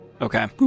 Okay